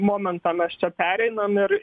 momentą mes čia pereinam ir